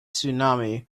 tsunami